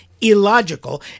illogical